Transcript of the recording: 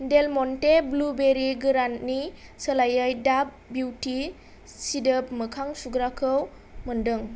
डेल Monte blueberry गोराननि सोलायै दाभ बिउटि सिदोब मोखां सुग्राखौ मोनदों